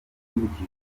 yibukije